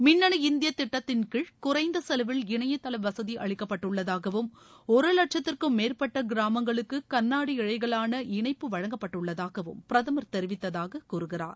மின்னு இந்திய திட்டத்தின் கீழ் குறைந்த செலவில் இணைய தள வசதி அளிக்கப்பட்டுள்ளதாகவும் ஒரு வட்சத்திற்கும் மேற்பட்ட கிராமங்களுக்கு கண்ணாடி இழைகளான இணைப்பு வழங்கப்பட்டுள்ளதாகவும் பிரதமர் தெரிவித்ததாக கூறுகிறார்